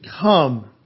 come